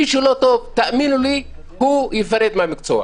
מי שלא טוב, תאמינו לי, הוא ייפרד מהמקצוע.